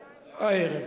הערב.